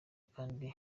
kandi